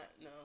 no